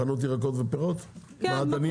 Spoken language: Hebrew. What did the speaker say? חנות ירקות ופירות, מעדנייה?